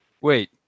Wait